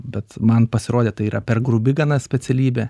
bet man pasirodė tai yra per grubi gana specialybė